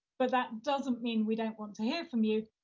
but that doesn't mean we don't want to hear from you.